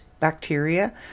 bacteria